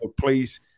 Please